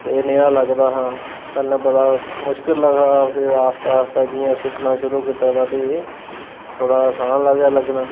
ते एह् नेहा लगदा हा पैह्लें बड़ा मुश्कल हा फिर आस्तै आस्तै जि'यां सिक्खना शुरू कीता तां फ्ही थोह्ड़ा असान लगेआ लग्गन